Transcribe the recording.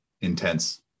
intense